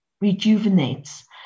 rejuvenates